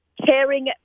caring